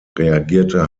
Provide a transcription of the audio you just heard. reagierte